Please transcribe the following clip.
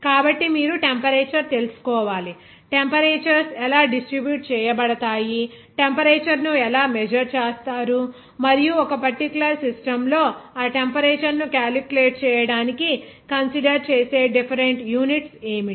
కాబట్టి మీరు టెంపరేచర్ తెలుసుకోవాలి టెంపరేచర్స్ ఎలా డిస్ట్రిబ్యూట్ చేయబడతాయి టెంపరేచర్ ను ఎలా మెజర్ చేస్తారు మరియు ఒక పర్టిక్యూలర్ సిస్టమ్ లో ఆ టెంపరేచర్ ను క్యాలిక్యులేట్ చేయడానికి కన్సిడర్ చేసే డిఫెరెంట్ యూనిట్స్ ఏమిటి